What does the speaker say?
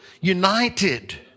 united